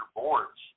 boards